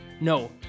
No